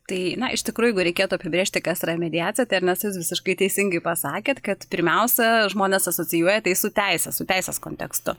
tai iš tikrųjų reikėtų apibrėžti kas yra mediacija tai ernesta jūs visiškai teisingai pasakėt kad pirmiausia žmonės asocijuoja tai su teise su teisės kontekstu